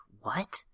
What